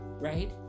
right